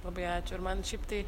labai ačiū ir man šiaip tai